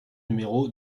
numéro